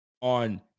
on